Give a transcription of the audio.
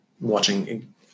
watching